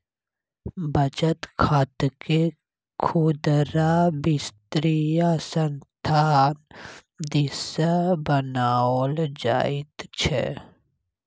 बचत खातकेँ खुदरा वित्तीय संस्थान दिससँ बनाओल जाइत छै